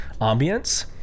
ambience